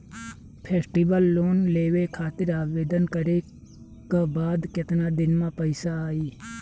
Festival loan लेवे खातिर आवेदन करे क बाद केतना दिन म पइसा आई?